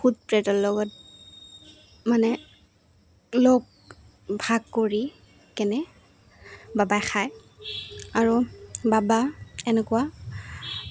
ভূত প্ৰেতৰ লগত মানে লগ ভাগ কৰি কেনে বাবাই খায় আৰু বাবা এনেকুৱা